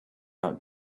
out